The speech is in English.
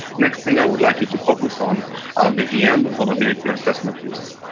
next thing i would like you to focus on are the vm vulnerability assessment piece.